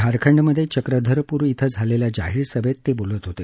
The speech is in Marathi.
झारखंडमधे चक्रधरपूर ॐ झालेल्या जाहीर सभेत ते बोलत होते